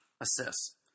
assists